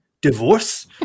divorce